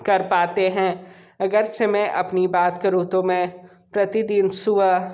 कर पाते हैं अगरचे मैं अपनी बात करूँ तो मैं प्रतिदिन सुबह